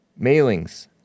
Mailings